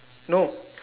no